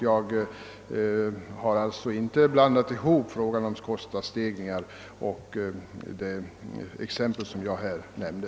Jag har alltså inte blandat in begreppet levnadskostnadsindex i det exempel som jag nämnde.